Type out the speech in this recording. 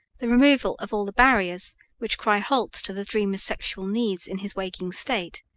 the removal of all the barriers which cry halt to the dreamer's sexual needs in his waking state,